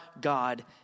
God